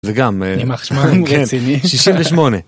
וגם... ימח שמם, הוא רציני. 68.